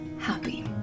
happy